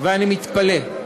ואני מתפלא,